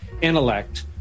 intellect